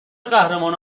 قهرمان